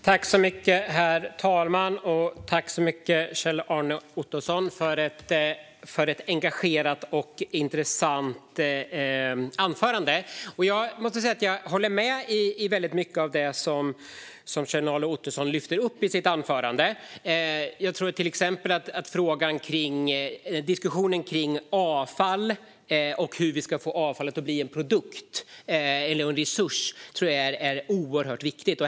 Herr talman! Tack så mycket, Kjell-Arne Ottosson, för ett engagerat och intressant anförande! Jag måste säga att jag håller med om väldigt mycket som Kjell-Arne Ottosson lyfter upp. Jag tror till exempel att diskussionen kring avfall och hur vi ska få avfallet att bli en resurs är oerhört viktig.